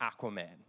Aquaman